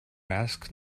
ask